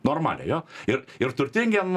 normaliai jo ir ir turtingem